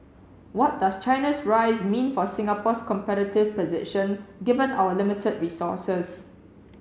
what does China's rise mean for Singapore's competitive position given our limited resources